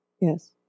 Yes